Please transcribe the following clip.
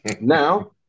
Now